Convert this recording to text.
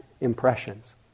impressions